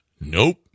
Nope